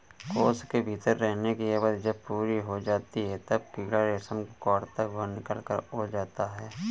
कोश के भीतर रहने की अवधि जब पूरी हो जाती है, तब कीड़ा रेशम को काटता हुआ निकलकर उड़ जाता है